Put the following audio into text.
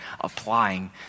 applying